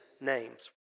names